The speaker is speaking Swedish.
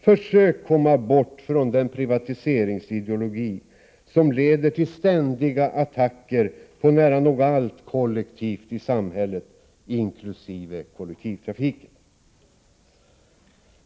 Försök komma bort från den privatiseringsideologi som leder till ständiga attacker på nära nog allt kollektivt i samhället, inkl. kollektivtrafiken.